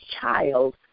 child